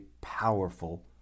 powerful